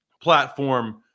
Platform